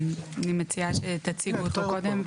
ואני מציעה שתציגו אותו קודם,